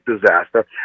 disaster